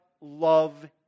love